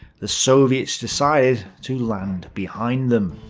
the soviets decided to land behind them.